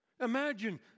Imagine